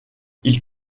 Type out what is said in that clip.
ils